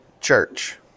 church